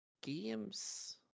Games